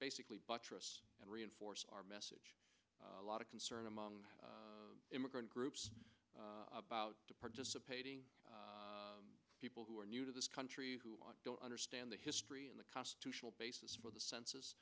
basically buttress and reinforce our message a lot of concern among immigrant groups about participating people who are new to this country who don't understand the history and the constitutional basis for the census